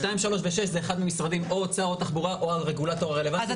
6,3,2 זה אחד מהמשרדים או אוצר או תחבורה או הרגולטור הרלוונטי,